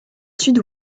sud